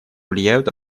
влияют